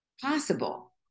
possible